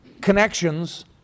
connections